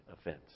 offense